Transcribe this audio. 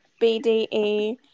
BDE